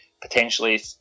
potentially